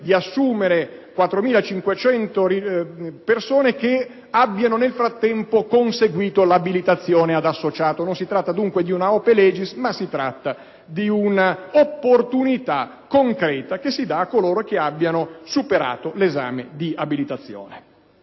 cioè 4.500 persone che abbiano nel frattempo conseguito l'abilitazione ad associato. Non si tratta, dunque, di una *ope legis,* ma di un'opportunità concreta che si dà a coloro che abbiano superato l'esame di abilitazione.